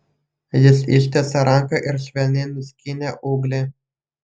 jis ištiesė ranką ir švelniai nuskynė ūglį